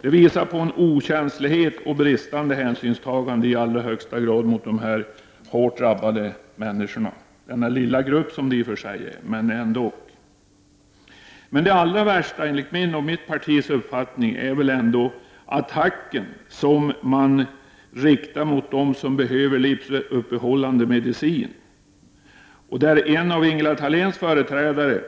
Det visar på en okänslighet och på bristande hänsynstagande i allra högsta grad gentemot denna i och för sig lilla men ändock hårt drabbade grupp. Det allra värsta är ändå enligt min och mitt partis uppfattning den attack som man riktar mot dem som behöver livsuppehållande medicin. En av Ingela Thaléns företrädare